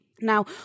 Now